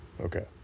Okay